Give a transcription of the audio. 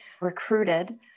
recruited